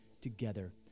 together